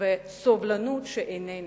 וסובלנות שאיננה.